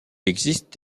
existe